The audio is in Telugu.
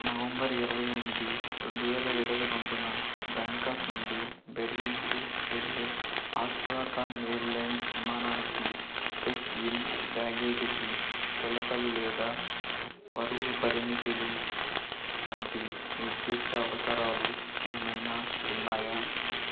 నవంబర్ ఇరవై ఎనిమిది రెండు వేల ఇరవై రెండున బ్యాంకాక్ నుండి బెర్లిన్కి వెళ్ళే ఆస్ట్రాఖాన్ ఎయిర్లైన్స్ విమానానికి చెక్ ఇన్ బ్యాగేజీకి కొలతలు లేదా బరువు పరిమితులు వంటి నిర్దిష్ట అవసరాలు ఏమైనా ఉన్నాయా